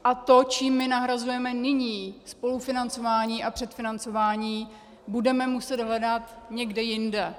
A to, čím my nahrazujeme nyní spolufinancování a předfinancování, budeme muset hledat někde jinde.